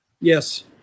Yes